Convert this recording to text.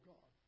God